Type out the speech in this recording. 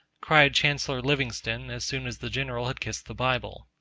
cried chancellor livingston as soon as the general had kissed the bible.